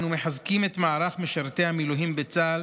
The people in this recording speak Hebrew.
אנו מחזקים את מערך משרתי המילואים בצה"ל,